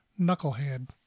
knucklehead